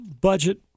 budget